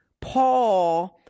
Paul